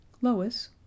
Lois